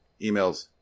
emails